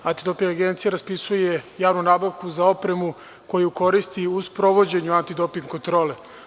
Andidoping agencija raspisuje javnu nabavku za opremu koju koristi u sprovođenju antidoping kontrole.